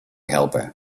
helper